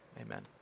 Amen